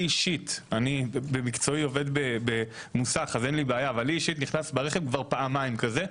לי אישית אני עובד במוסך אז אין לי בעיה נכנס ברכב פעמיים כזה.